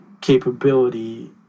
capability